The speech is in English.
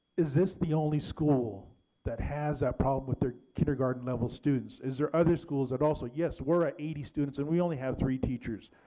is this the only school that has a problem with their kindergarten level students? is there other schools that also, yes we're at eighty students and we only have three teachers.